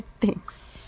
Thanks